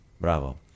Bravo